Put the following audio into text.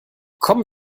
kommen